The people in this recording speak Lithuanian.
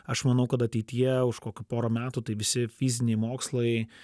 aš manau kad ateityje už kokių porą metų tai visi fiziniai mokslai